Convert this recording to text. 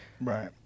right